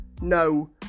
No